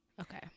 okay